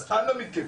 אז אנא מכם,